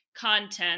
Content